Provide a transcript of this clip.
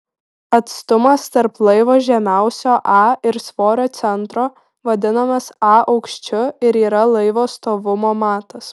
atstumas tarp laivo žemiausio a ir svorio centro vadinamas a aukščiu ir yra laivo stovumo matas